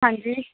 ਹਾਂਜੀ